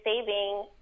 saving